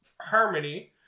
Harmony